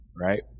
right